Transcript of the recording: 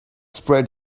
sprayed